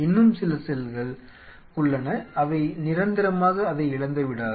இன்னும் சில செல்கள் உள்ளன அவை நிரந்தரமாக அதை இழந்துவிடாது